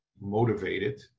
motivated